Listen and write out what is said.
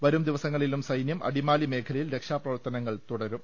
വരും ദിവസങ്ങളിലും സൈന്യം അടിമാലി മേഖലയിൽ രക്ഷാപ്രവർത്തനങ്ങൾ തുടരും